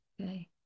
Okay